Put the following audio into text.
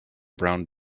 brown